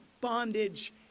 bondage